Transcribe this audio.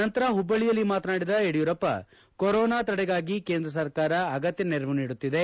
ನಂತರ ಹುಬ್ಬಳ್ಳಿಯಲ್ಲಿ ಮಾತನಾಡಿದ ಯಡಿಯೂರಪ್ಪ ಕೊರೋನಾ ತಡೆಗಾಗಿ ಕೇಂದ್ರ ಸರ್ಕಾರ ಅಗತ್ಯ ನೆರವು ನೀಡುತ್ತಿದೆ